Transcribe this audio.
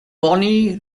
bonnie